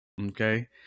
okay